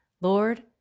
Lord